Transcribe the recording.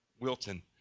Wilton